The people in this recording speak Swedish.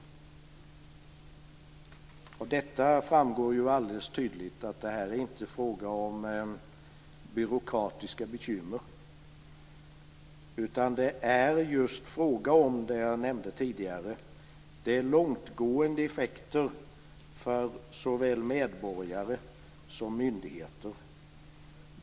Av detta framgår alldeles tydligt att det här inte är fråga om byråkratiska bekymmer, utan det är just fråga om det som jag nämnde tidigare: långtgående effekter för såväl medborgare som myndigheter.